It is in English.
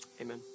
amen